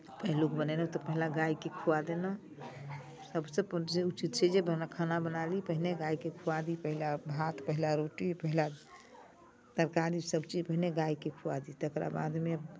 पहिलुक बनेलहुँ तऽ पहिला गायकेँ खुआ देलहुँ सभसँ पू उचित छै जे पहिने खाना बना ली पहिने गायकेँ खुआ दी पहिने पहिला भात पहिला रोटी पहिला तरकारी सभचीज पहिने गायकेँ खुआ दी तकरा बादमे